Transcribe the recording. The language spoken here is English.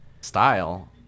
style